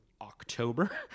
October